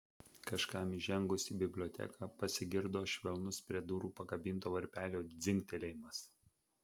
kažkam įžengus į biblioteką pasigirdo švelnus prie durų pakabinto varpelio dzingtelėjimas